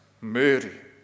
Mary